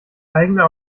eigene